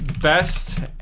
Best